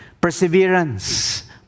Perseverance